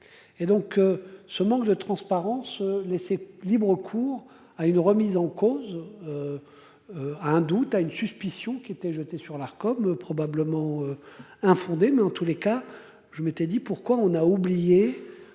Et donc, ce manque de transparence laisser libre cours à une remise en cause. À un doute à une suspicion qui étaient jeté sur l'art comme probablement. Infondées, mais en tous les cas, je m'étais dit pourquoi on a oublié